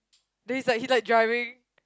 then it's like he like driving